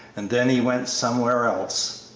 and then he went somewhere else.